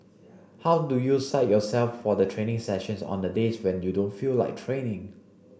how do you psych yourself for the training sessions on the days when you don't feel like training